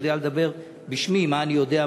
שיודע לדבר בשמי מה אני יודע,